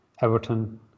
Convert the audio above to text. Everton